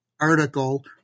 article